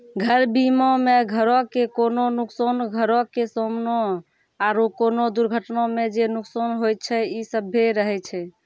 घर बीमा मे घरो के कोनो नुकसान, घरो के समानो आरु कोनो दुर्घटना मे जे नुकसान होय छै इ सभ्भे रहै छै